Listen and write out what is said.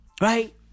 Right